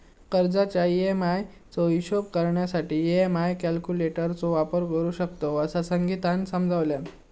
कर्जाच्या ई.एम्.आई चो हिशोब करण्यासाठी ई.एम्.आई कॅल्क्युलेटर चो वापर करू शकतव, असा संगीतानं समजावल्यान